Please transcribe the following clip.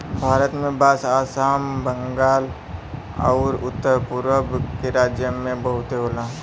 भारत में बांस आसाम, बंगाल आउर उत्तर पुरब के राज्य में बहुते होला